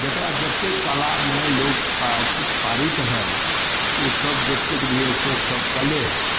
जकरा जतेक कलामे लोक पराजित पारित हइ ओसब जतेक भी हइ ओसब सब कले हइ